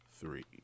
three